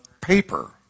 paper